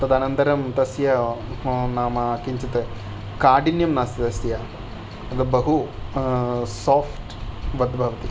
तदनन्तरं तस्य नाम किञ्चित् काठिन्यं नास्ति अस्य बहु सोफ्ट् वत् भवति